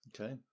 Okay